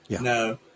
No